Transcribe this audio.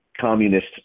communist